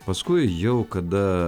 paskui jau kada